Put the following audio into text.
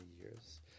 years